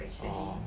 orh